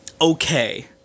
okay